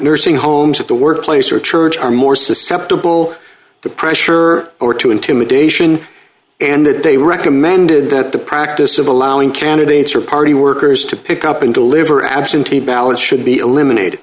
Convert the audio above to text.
nursing homes at the workplace or church are more susceptible to pressure or or to intimidation and that they recommended that the practice of allowing candidates or party workers to pick up and deliver absentee ballots should be eliminated